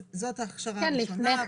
זאת ההכשרה הראשונה,